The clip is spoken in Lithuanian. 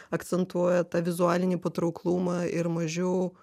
akcentuoja tą vizualinį patrauklumą ir mažiau